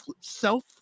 self